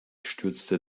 stürzte